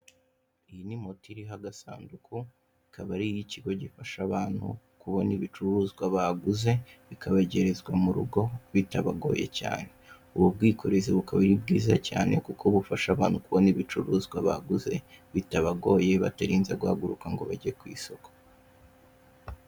Iyi ni moto iriho agasanduku akaba ari iy'ikigo gifasha abantu kubona ibicuruzwa baguze bikabagerezwa mu rugo bitabagoye cyane. Ubu bwikorezi bukaba ari bwiza cyane kuko bufasha abantu kubona ibicuruzwa baguze bitabagoye batarinze guhaguruka ngo bajya ku isoko.